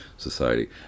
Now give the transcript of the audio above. society